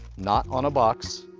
not on a box.